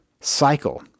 cycle